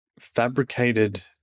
fabricated